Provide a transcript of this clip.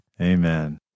Amen